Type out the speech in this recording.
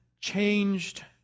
changed